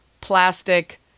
plastic